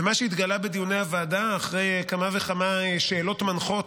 ומה שהתגלה בדיוני הוועדה אחרי כמה וכמה שאלות מנחות,